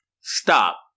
Stop